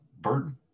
burden